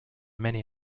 many